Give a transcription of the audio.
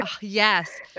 Yes